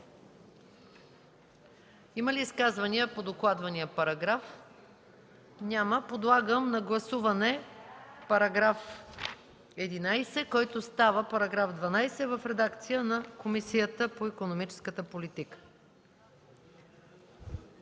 Има ли изказвания по докладвания параграф? Няма. Подлагам на гласуване § 11 по вносител, който става § 12 в редакцията на Комисията по икономическата политика.